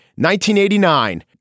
1989